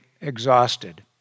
exhausted